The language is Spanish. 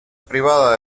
privada